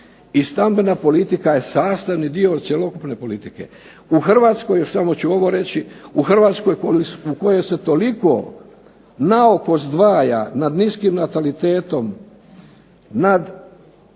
stambena politika je sastavni dio cjelokupne politike. U Hrvatskoj, još samo ću ovoj reći, u Hrvatskoj u kojoj se toliko naoko zdvaja nad niskim natalitetom, nad sve kasnijim